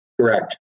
Correct